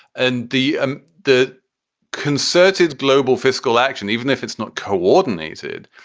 and the the concerted global fiscal action, even if it's not coordinated,